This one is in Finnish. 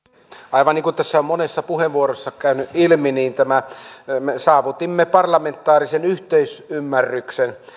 aivan niin kuin tässä on monessa puheenvuorossa käynyt ilmi me saavutimme parlamentaarisen yhteisymmärryksen